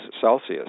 Celsius